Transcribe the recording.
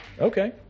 Okay